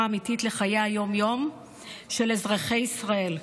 אמיתית לחיי היום-יום של אזרחי ישראל.